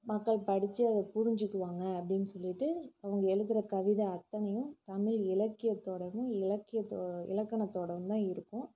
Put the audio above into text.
மக்கள் படித்து அதை புரிஞ்சிக்குவாங்க அப்படின்னு சொல்லிட்டு அவங்க எழுதுகிற கவிதை அத்தனையும் தமிழ் இலக்கியத்தோடவும் இலக்கியத்தோ இலக்கணத்தோடவும் தான் இருக்கும்